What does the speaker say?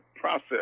process